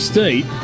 State